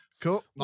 cool